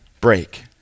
break